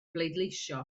bleidleisio